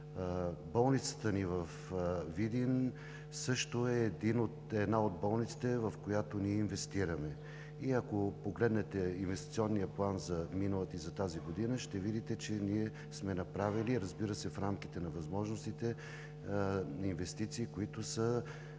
Болницата във Видин също е една от болниците, в която инвестираме. Ако погледнете инвестиционния план за миналата и за тази година, ще видите, че ние сме направили инвестиции, разбира се, в рамките на възможностите ни, които са